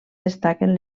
destaquen